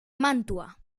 mantua